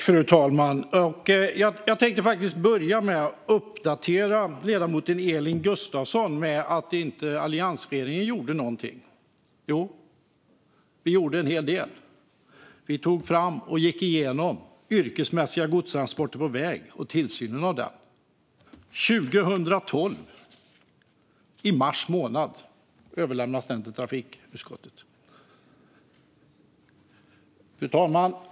Fru talman! Jag tänkte börja med att uppdatera ledamoten Elin Gustafsson när det gäller att alliansregeringen inte skulle ha gjort någonting. Jo, vi gjorde en hel del. Vi tog fram och gick igenom rapporten Tillsynen av yrkesmässiga godstransporter på väg . I mars månad 2012 överlämnades den till trafikutskottet. Fru talman!